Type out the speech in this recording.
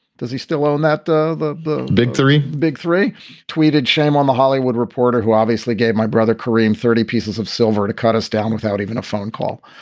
does he still own that? the the big three, big three tweeted, shame on the hollywood reporter, who obviously gave my brother kareem thirty pieces of silver to cut us down without even a phone call.